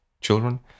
children